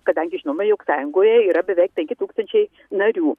kadangi žinoma jog sąjungoje yra beveik penki tūkstančiai narių